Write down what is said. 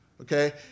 okay